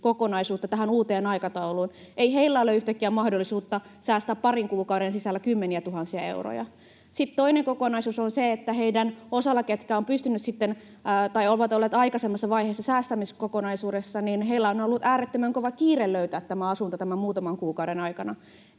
säästämiskokonaisuuttaan tähän uuteen aikatauluun. Ei heillä ole yhtäkkiä mahdollisuutta säästää parin kuukauden sisällä kymmeniätuhansia euroja. Sitten toinen kokonaisuus on se, että heillä, ketkä ovat olleet aikaisemmassa vaiheessa säästämiskokonaisuudessa, on ollut äärettömän kova kiire löytää tämä asunto tämän muutaman kuukauden aikana.